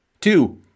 Two